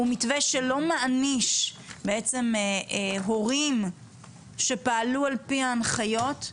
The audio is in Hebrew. הוא מתווה שלא מעניש בעצם הורים שפעלו על פי ההנחיות,